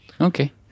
Okay